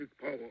power